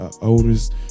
oldest